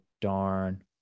darn